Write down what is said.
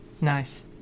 Nice